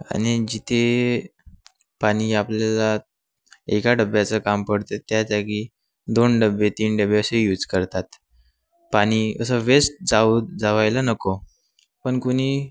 आणि जिथे पाणी आपल्याला एका डब्याचं काम पडतं त्या जागी दोन डबे तीन डबे असे यूज करतात पाणी असं वेस्ट जाऊ जावायला नको पण कुणी